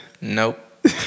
Nope